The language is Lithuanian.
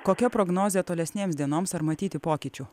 kokia prognozė tolesnėms dienoms ar matyti pokyčių